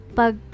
pag